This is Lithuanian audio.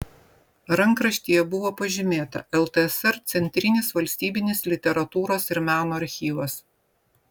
rankraštyje buvo pažymėta ltsr centrinis valstybinis literatūros ir meno archyvas